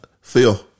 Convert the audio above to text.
Phil